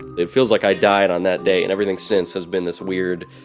it feels like i died on that day and everything since has been this weird,